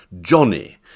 Johnny